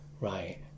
Right